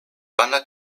banda